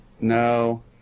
no